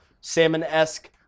salmon-esque